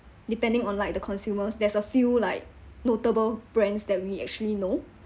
depending on like the consumers there's a few like notable brands that we actually know